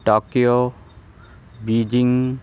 Tokyo Beijing